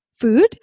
food